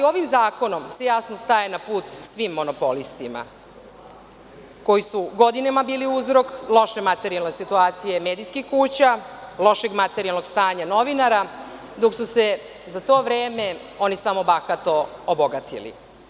Ovim zakonom se jasno staje na put svim monopolistima koji su godinama bili uzrok loše materijalne situacije medijskih kuća, lošeg materijalnog stanja novinara, dok su se za to vreme oni samo bahato obogatili.